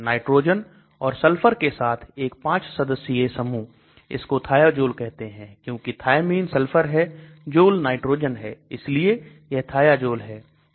nitrogen और sulphur के साथ एक 5 सदस्यीय समूह इसको thiazole कहते हैं क्योंकि thiamine सल्फर है Zole नाइट्रोजन है इसलिए यह thiazole है